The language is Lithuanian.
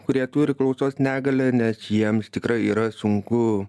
kurie turi klausos negalią nes jiems tikrai yra sunku